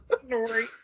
story